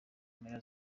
mpera